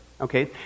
Okay